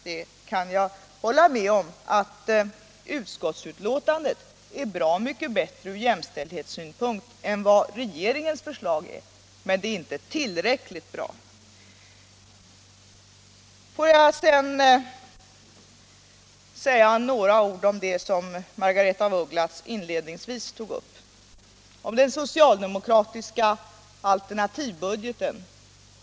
Jag kan hålla med om att utskottsbetänkandet är bra mycket bättre från jämställdhetssynpunkt än regeringens förslag, men det är inte tillräckligt bra! Låt mig sedan säga några ord om det som Margaretha af Ugglas inledningsvis tog upp, den socialdemokratiska alternativbudgeten.